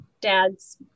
dad's